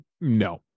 no